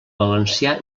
valencià